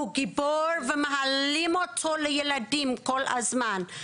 הוא גיבור ומהללים אותו לילדים כל הזמן.